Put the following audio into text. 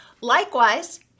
likewise